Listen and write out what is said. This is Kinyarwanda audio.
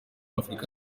afurika